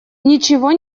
ничего